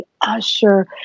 Usher